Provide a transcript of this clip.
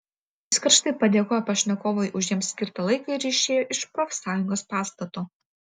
jis karštai padėkojo pašnekovui už jiems skirtą laiką ir išėjo iš profsąjungos pastato